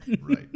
Right